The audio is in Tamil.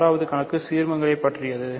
6 வது கணக்கு சீர்மங்களைப் பற்றியது